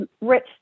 rich